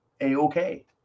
A-OK